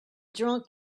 drunk